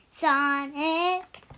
Sonic